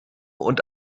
und